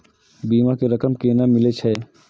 बीमा के रकम केना मिले छै?